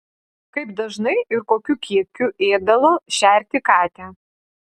kaip dažnai ir kokiu kiekiu ėdalo šerti katę